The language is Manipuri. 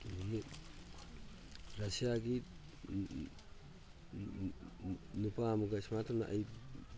ꯑꯗꯒꯤ ꯔꯁꯤꯌꯥꯒꯤ ꯅꯨꯄꯥ ꯑꯃꯒ ꯁꯨꯃꯥꯏꯅ ꯇꯧꯗꯅ ꯑꯩ